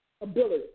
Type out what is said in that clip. ability